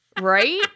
Right